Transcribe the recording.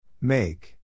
Make